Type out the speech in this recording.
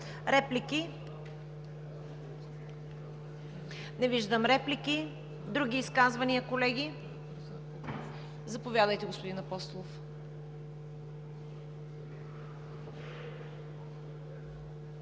Реплики? Не виждам реплики. Други изказвания, колеги? Заповядайте, господин Апостолов.